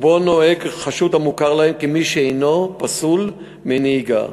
ובו נוהג חשוד המוכר להם כמי שהנו פסול לנהיגה.